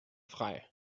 frei